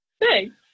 thanks